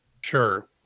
sure